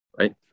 right